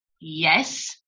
yes